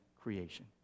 creation